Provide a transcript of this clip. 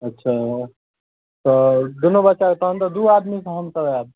अच्छा तऽ दुनू बच्चा तखन तऽ दू आदमीसँ हमसभ आयब